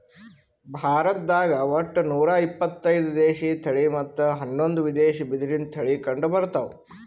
ಭಾರತ್ದಾಗ್ ಒಟ್ಟ ನೂರಾ ಇಪತ್ತೈದು ದೇಶಿ ತಳಿ ಮತ್ತ್ ಹನ್ನೊಂದು ವಿದೇಶಿ ಬಿದಿರಿನ್ ತಳಿ ಕಂಡಬರ್ತವ್